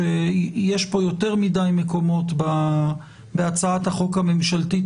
שיש פה יותר מדי מקומות בהצעת החוק הממשלתית